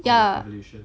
ya